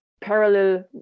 parallel